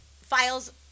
files